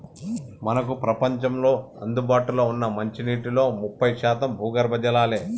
మనకు ప్రపంచంలో అందుబాటులో ఉన్న మంచినీటిలో ముప్పై శాతం భూగర్భ జలాలే